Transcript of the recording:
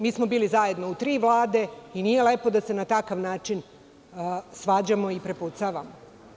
Mi smo bili zajedno u tri Vlade i nije lepo da se na takav način svađamo i prepucavamo.